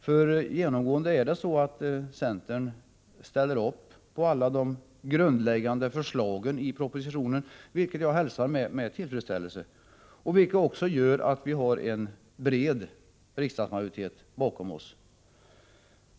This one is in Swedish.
Det är nämligen genomgående så att centern ansluter sig till alla de grundläggande förslagen i propositionen, vilket jag hälsar med tillfredsställelse, och vilket också gör att vi har en bred riksdagsmajoritet bakom oss.